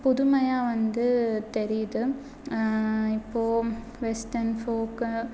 புதுமையாக வந்து தெரியுது இப்போ வெஸ்டர்ன் ஃபோக்கு